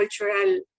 cultural